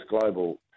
global